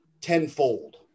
tenfold